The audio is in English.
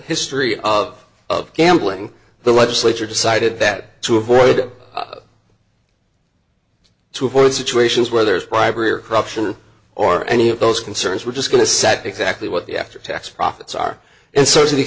history of of gambling the legislature decided that to avoid to avoid situations where there's bribery or corruption or any of those concerns we're just going to set exactly what the after tax profits are and